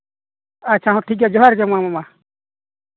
ᱟᱪᱪᱷᱟ ᱦᱚᱸ ᱴᱷᱤᱠ ᱜᱮᱭᱟ ᱡᱚᱦᱟᱨ ᱜᱮ ᱢᱟ ᱢᱟ